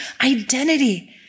identity